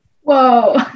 whoa